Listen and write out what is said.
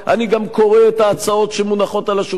אני גם קורא את ההצעות שמונחות על השולחן,